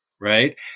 Right